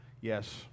yes